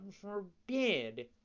forbid